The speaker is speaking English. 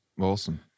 awesome